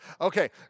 Okay